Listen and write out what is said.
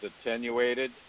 attenuated